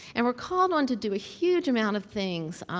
and we're called on to do a huge amount of things.